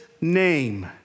name